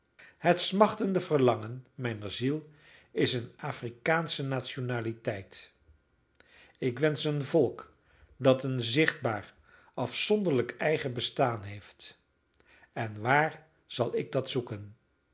het smachtende verlangen mijner ziel is eene afrikaansche nationaliteit ik wensch een volk dat een zichtbaar afzonderlijk eigen bestaan heeft en waar zal ik dat zoeken